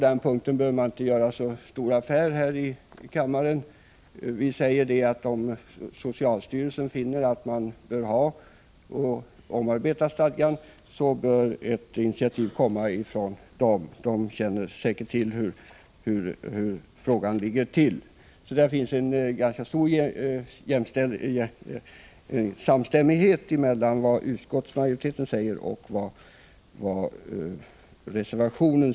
Den punkten behöver man inte göra så stor affär av här i kammaren. Utskottsmajoriteten säger, att om socialstyrelsen finner att man har behov av att omarbeta stadgan, bör det ankomma på styrelsen att själv ta ett initiativ till en sådan omarbetning. Socialstyrelsen känner säkert till förhållandena i denna fråga. Det finns alltså en ganska stor samstämmighet mellan vad som sägs i utskottets hemställan och vad som sägs i reservationen.